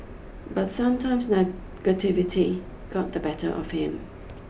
but sometimes negativity got the better of him